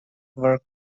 were